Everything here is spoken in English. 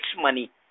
money